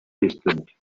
distant